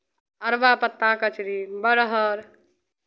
अरबा पत्ता कचड़ी बरहर